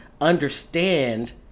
understand